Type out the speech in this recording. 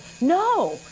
No